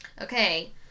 okay